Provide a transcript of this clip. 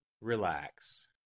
Relax